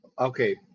Okay